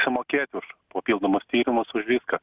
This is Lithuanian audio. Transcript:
sumokėt už papildomus tyrimus už viską